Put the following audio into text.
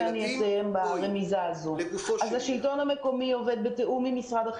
אסור להשאיר את הרשויות לבד להתמודד עם זה.